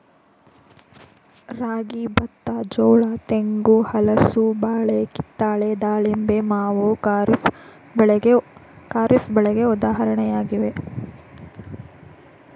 ರಾಗಿ, ಬತ್ತ, ಜೋಳ, ತೆಂಗು, ಹಲಸು, ಬಾಳೆ, ಕಿತ್ತಳೆ, ದಾಳಿಂಬೆ, ಮಾವು ಖಾರಿಫ್ ಬೆಳೆಗೆ ಉದಾಹರಣೆಯಾಗಿವೆ